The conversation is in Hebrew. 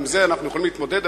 עם זה אנחנו יכולים להתמודד,